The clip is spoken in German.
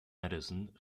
madison